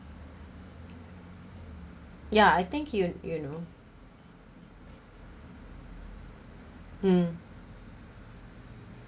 ya I think you you know mm